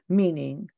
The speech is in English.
meaning